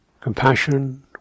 compassion